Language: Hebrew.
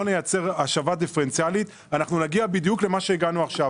נייצר השבה דיפרנציאלית אנחנו נגיע בדיוק למה שהגענו עכשיו.